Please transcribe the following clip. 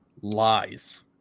lies